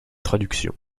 traductions